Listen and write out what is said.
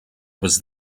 was